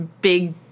big